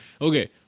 Okay